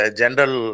general